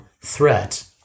threat